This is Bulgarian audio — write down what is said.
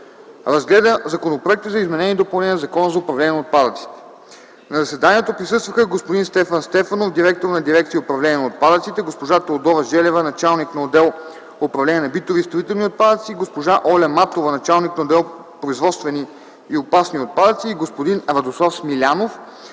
разгледа Законопроекта за изменение и допълнение на Закона за управление на отпадъците. На заседанието присъстваха господин Стефан Стефанов – директор на дирекция „Управление на отпадъците”, госпожа Теодора Желева – началник на отдел „Управление на битови и строителни отпадъци”, госпожа Оля Матова – началник на отдел „Производствени и опасни отпадъци” и господин Радослав Смилянов